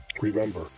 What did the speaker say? Remember